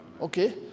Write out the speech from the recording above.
Okay